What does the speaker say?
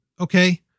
Okay